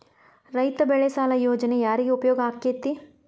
ರೈತ ಬೆಳೆ ಸಾಲ ಯೋಜನೆ ಯಾರಿಗೆ ಉಪಯೋಗ ಆಕ್ಕೆತಿ?